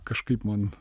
kažkaip man